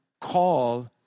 call